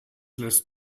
lässt